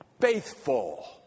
Faithful